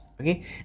okay